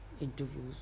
interviews